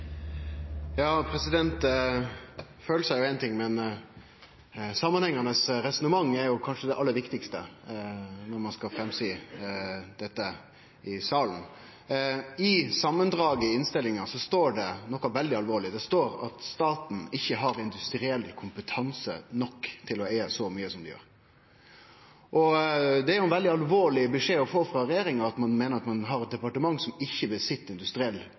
er ein ting, men samanhengande resonnement er kanskje det aller viktigaste når ein skal framføre dette i salen. I samandraget i innstillinga står det noko veldig alvorleg. Det står at staten ikkje har industriell kompetanse nok til å eige så mykje som ein gjer. Det er ein veldig alvorleg beskjed å få frå regjeringa, at ein meiner ein har eit departement som ikkje har god nok industriell